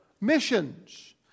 missions